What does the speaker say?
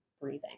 breathing